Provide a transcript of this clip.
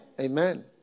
amen